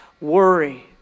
worry